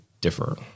differ